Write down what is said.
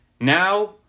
now